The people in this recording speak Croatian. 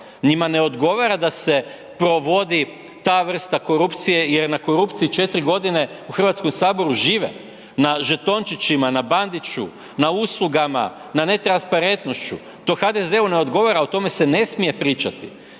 Njima ne odgovara da se provodi ta vrsta korupcije jer na korupciji 4 g. u Hrvatskom saboru žive na žetončićima, na Bandiću, na uslugama, na netransparentnošću, to HDZ-u ne odgovara, o tome se ne smije pričati.